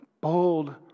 bold